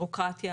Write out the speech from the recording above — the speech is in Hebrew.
ביורוקרטיה,